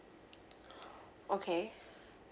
okay